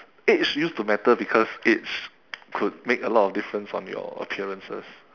age used to matter because age could make a lot of difference on your appearances